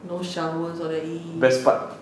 no showers all that !ee!